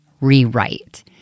rewrite